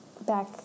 Back